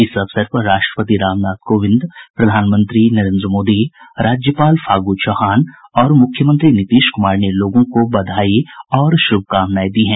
इस अवसर पर राष्ट्रपति रामनाथ कोविंद प्रधानमंत्री नरेंद्र मोदी राज्यपाल फागू चौहान और मुख्यमंत्री नीतीश कुमार ने लोगों को बधाई और शुभकामनाएं दी हैं